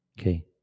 Okay